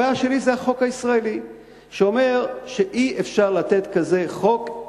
הבעיה שלי היא החוק הישראלי שאומר שאי-אפשר לתת קנס כזה אלא